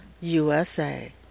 USA